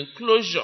enclosure